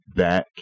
back